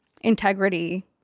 integrity